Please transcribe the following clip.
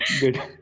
Good